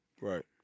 right